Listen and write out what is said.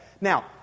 now